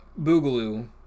Boogaloo